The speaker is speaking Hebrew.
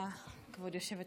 תודה, כבוד היושבת-ראש.